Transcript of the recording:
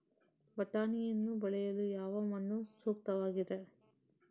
ಬಟಾಣಿಯನ್ನು ಬೆಳೆಯಲು ಯಾವ ಮಣ್ಣು ಸೂಕ್ತವಾಗಿದೆ?